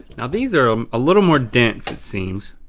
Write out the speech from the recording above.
now these are um a little more dense it seems.